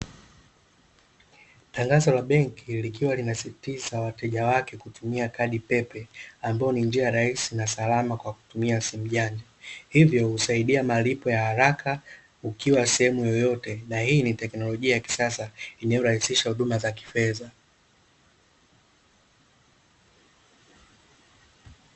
Tangazo la benki likiwa linasisitiza wateja wake kutumia kadi pepe, ambayo ni njia rahisi na salama kutumia simu janja. Hivyo husaidia malipo ya haraka ukiwa sehemu yoyote. Na hii ni tekinolojia ya kisasa inayorahisisha huduma za kifedha.